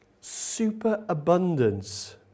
superabundance